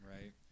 right